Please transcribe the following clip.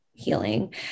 healing